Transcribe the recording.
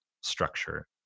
structure